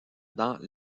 dans